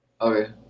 Okay